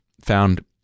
found